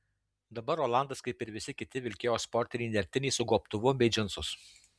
dabar rolandas kaip ir visi kiti vilkėjo sportinį nertinį su gobtuvu bei džinsus